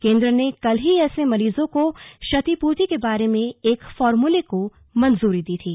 केन्द्र ने कल ही ऐसे मरीजों को क्षतिपूर्ति के बारे में एक फार्मूले को मंजूरी दी थी